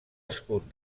escut